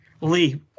Lee